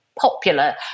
popular